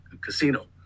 casino